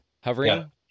hovering